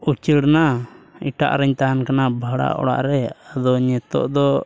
ᱩᱪᱟᱹᱲᱱᱟ ᱮᱴᱟᱜ ᱨᱮᱧ ᱛᱟᱦᱮᱱ ᱠᱟᱱᱟ ᱵᱷᱟᱲᱟ ᱚᱲᱟᱜ ᱨᱮ ᱟᱫᱚ ᱱᱤᱛᱚᱜ ᱫᱚ